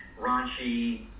raunchy